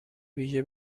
ویژه